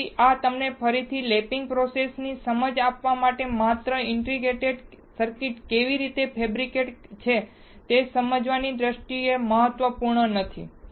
તેથી આ તમને ફરીથી લેપિંગ પ્રોસેસની સમજ આપવા માટે માત્ર ઈન્ટિગ્રેટેડ સર્કિટ્સ કેવી રીતે ફેબ્રિકેટેડ છે તે સમજવાની દ્રષ્ટિએ મહત્વપૂર્ણ નથી